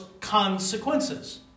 consequences